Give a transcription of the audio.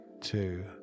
Two